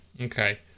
Okay